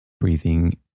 breathing